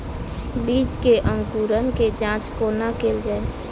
बीज केँ अंकुरण केँ जाँच कोना केल जाइ?